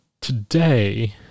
today